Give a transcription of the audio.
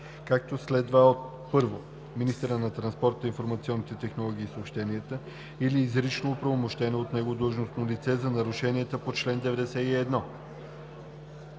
както следва от: 1. министъра на транспорта, информационните технологии и съобщенията или изрично оправомощено от него длъжностно лице – за нарушенията по чл. 91;